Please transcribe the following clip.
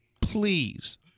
Please